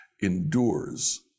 endures